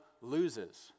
loses